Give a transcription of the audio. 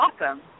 awesome